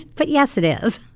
but yes it is.